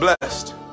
blessed